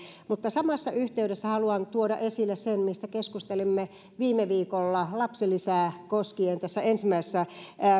samassa yhteydessä haluan tuoda esille sen mistä keskustelimme viime viikolla lapsilisää koskien tässä ensimmäisessä